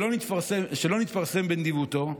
שלא נתפרסם בנדיבותו,